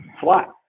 flat